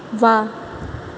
वा